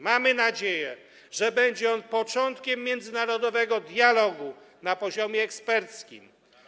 Mamy nadzieję, że będzie on początkiem międzynarodowego dialogu na poziomie eksperckim.